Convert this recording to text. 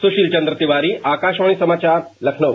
सुशील चंद्र तिवारी आकाशवाणी समाचार लखनऊ